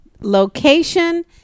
location